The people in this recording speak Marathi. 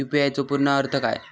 यू.पी.आय चो पूर्ण अर्थ काय?